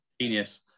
Genius